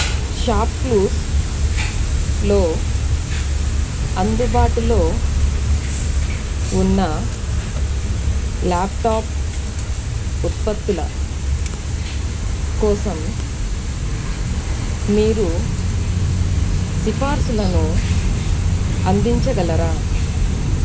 shop క్లూస్లో అందుబాటులో ఉన్న ల్యాప్టాప్ ఉత్పత్తుల కోసం మీరు సిఫార్సులను అందించగలరా